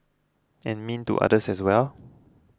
and mean to others as well